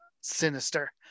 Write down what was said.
sinister